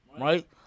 right